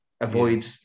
avoid